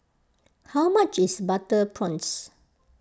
how much is Butter Prawns